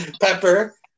Pepper